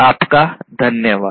आपका धन्यवाद